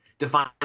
Define